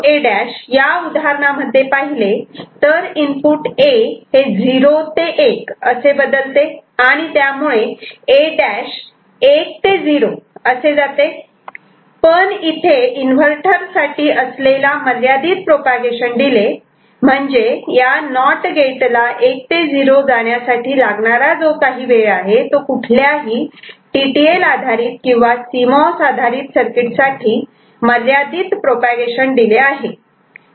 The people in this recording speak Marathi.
A' या उदाहरणामध्ये पाहिले तर इनपुट A हे 0 ते 1 असे बदलते आणि त्यामुळे A' 1 ते 0 असे जाते पण इथे इन्व्हर्टर साठी असलेला मर्यादित प्रोपागेशन डिले म्हणजे या नॉट गेट ला 1 ते 0 जाण्यासाठी लागणारा जो काही वेळ आहे तो कुठल्याही टी टी एल आधारित किंवा सीमौस आधारित सर्किट साठी मर्यादित प्रोपागेशन डिले आहे